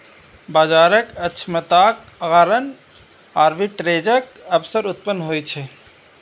बाजारक अक्षमताक कारण आर्बिट्रेजक अवसर उत्पन्न होइ छै